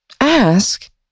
ask